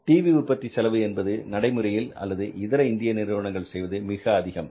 TV உற்பத்தி செலவு என்பது நடைமுறையில் அல்லது இதர இந்திய நிறுவனங்கள் செய்வது மிக அதிகம்